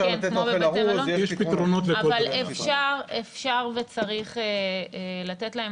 נכון, גם על זה דיברנו, אפשר לתת אוכל ארוז.